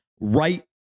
right